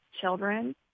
children